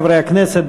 חברי הכנסת,